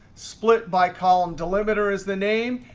split by column delimiter is the name.